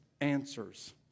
answers